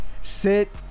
sit